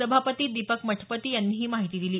सभापती दीपक मठपती यांनी ही माहिती दिली